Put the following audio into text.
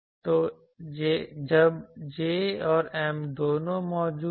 तो जब J और M दोनों मौजूद है